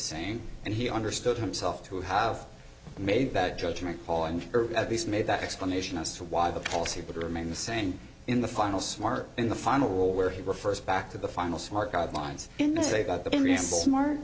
same and he understood himself to have made that judgment call and at least made that explanation as to why the policy would remain the same in the final smart in the final where he refers back to the final smart guidelines in this they've got the